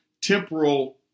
temporal